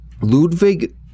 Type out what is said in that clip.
Ludwig